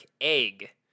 Egg